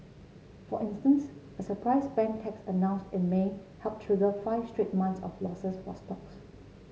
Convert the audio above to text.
for instance a surprise bank tax announced in May helped trigger five straight months of losses for stocks